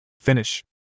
Finish